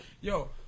Yo